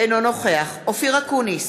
אינו נוכח אופיר אקוניס,